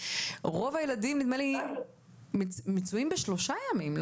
רוב הילדים נדמה לי מצויים בשלושה ימים,